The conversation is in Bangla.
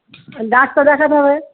ডাক্তার দেখাতে হবে